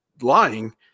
lying